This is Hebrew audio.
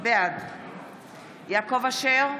בעד יעקב אשר,